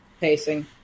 pacing